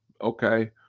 okay